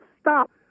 stop